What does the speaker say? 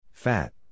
Fat